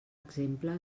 exemple